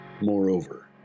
Moreover